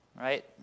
right